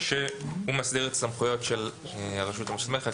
שהוא מסדיר את הסמכויות של הרשות המוסמכת,